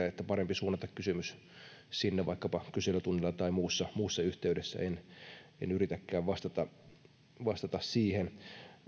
että parempi suunnata kysymys sinne vaikkapa kyselytunnilla tai muussa muussa yhteydessä en yritäkään vastata vastata siihen